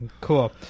Cool